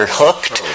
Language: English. hooked